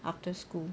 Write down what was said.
after school